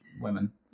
women